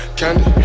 candy